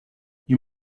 you